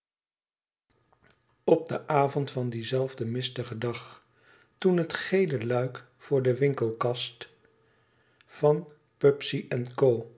op den avond van dien zelfden mistigen dag toen het gele luik voor de winkelkast van pubse en co